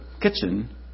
kitchen